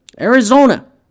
Arizona